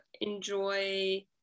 enjoy